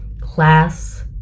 class